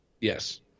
Yes